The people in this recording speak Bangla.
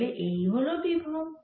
তাহলে এই হল বিভব